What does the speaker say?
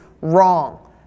wrong